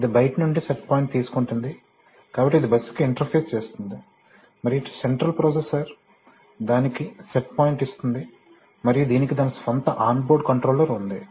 ఇది బయటి నుండి సెట్ పాయింట్ తీసుకుంటుంది కాబట్టి ఇది బస్సుకు ఇంటర్ఫేస్ చేస్తుంది మరియు సెంట్రల్ ప్రొసెసర్ దానికి సెట్ పాయింట్ ఇస్తుంది మరియు దీనికి దాని స్వంత ఆన్బోర్డ్ కంట్రోలర్ ఉంది